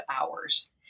hours